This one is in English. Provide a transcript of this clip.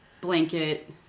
blanket